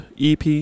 EP